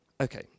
Okay